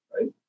right